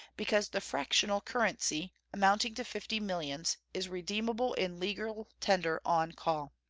because the fractional currency, amounting to fifty millions, is redeemable in legal tender on call.